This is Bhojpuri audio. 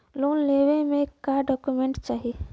लोन लेवे मे का डॉक्यूमेंट चाही?